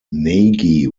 nagy